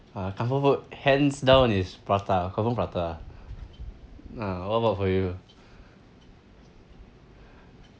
uh comfort food hands down is prata confirm prata uh what about for you